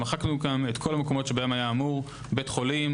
מחקנו גם את כל המקומות שבהם היה אמור בית חולים